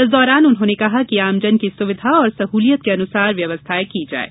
इस दौरान उन्होंने कहा कि आमजन की सुविधा और सहूलियत के अनुसार व्यवस्थाएँ की जायें